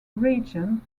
reagent